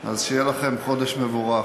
אז, שיהיה לכם חודש מבורך.